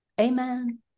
amen